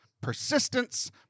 persistence